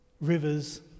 rivers